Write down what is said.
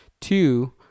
Two